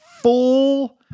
full